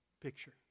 picture